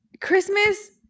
Christmas